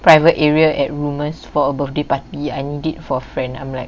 private area at rumours for a birthday party I need it for a friend I'm like